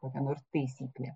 kokia nors taisyklė